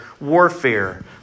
warfare